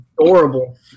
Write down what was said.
adorable